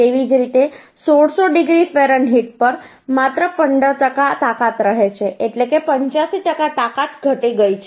તેવી જ રીતે 1600 ડિગ્રી ફેરનહીટ પર માત્ર 15 ટકા તાકાત રહે છે એટલે કે 85 ટકા તાકાત ઘટી ગઈ છે